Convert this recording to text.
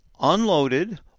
unloaded